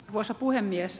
arvoisa puhemies